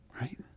Right